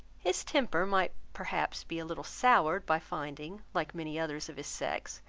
his temper might perhaps be a little soured by finding, like many others of his sex,